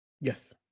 Yes